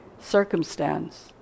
circumstance